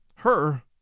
Her